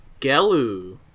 gelu